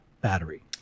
battery